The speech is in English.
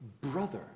brother